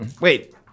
Wait